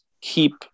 keep